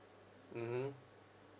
mmhmm